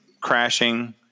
crashing